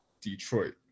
Detroit